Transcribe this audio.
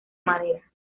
madera